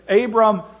Abram